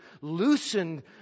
loosened